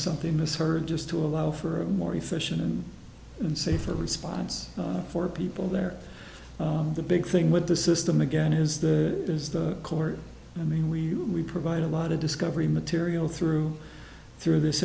something misheard just to allow for a more efficient and safer response for people there the big thing with the system again is the is the court i mean we we provide a lot of discovery material through through this